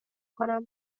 کنم